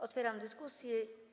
Otwieram dyskusję.